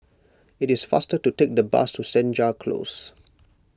it is faster to take the bus to Senja Close